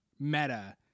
meta